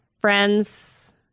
Friends